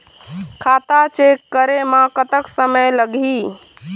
खाता चेक करे म कतक समय लगही?